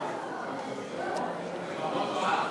רבותי,